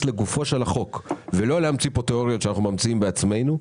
לגופו של החוק ולא להמציא כאן תיאוריות שאנחנו ממציאים בעצמנו,